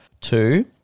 Two